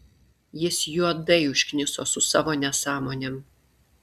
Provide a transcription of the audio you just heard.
jis juodai užkniso su savo nesąmonėm